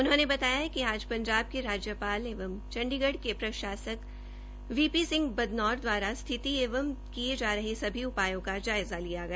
उन्होंने बताया कि आज पंजाब के राज्यपाल एवं चंडीगढ़ के प्रशासक वी पी सिंह बदनौर द्वारा स्थिति एवं किये जा रहे सभी उपायों का जायज़ा लिया गया